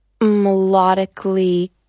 melodically